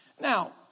Now